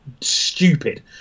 stupid